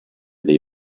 dei